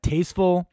Tasteful